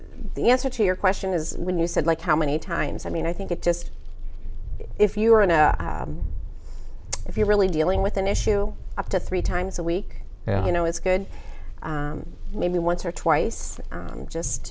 the answer to your question is when you said like how many times i mean i think it just if you are in a if you're really dealing with an issue up to three times a week you know it's good maybe once or twice just